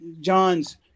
John's